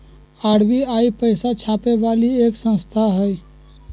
RBI पैसा छापे वाली एक संस्था हई